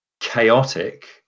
chaotic